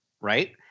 right